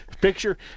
picture